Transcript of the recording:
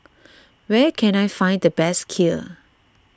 where can I find the best Kheer